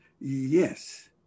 Yes